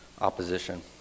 opposition